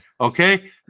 Okay